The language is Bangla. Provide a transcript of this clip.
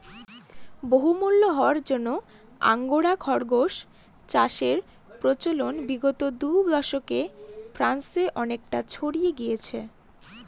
বহুমূল্য হওয়ার জন্য আঙ্গোরা খরগোস চাষের প্রচলন বিগত দু দশকে ফ্রান্সে অনেকটা ছড়িয়ে গিয়েছে